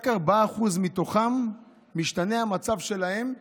רק 4% מתוכם משתנה המצב שלהם לטובה.